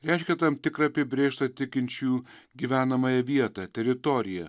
reiškia tam tikrą apibrėžtą tikinčių gyvenamąją vietą teritoriją